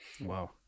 Wow